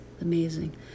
amazing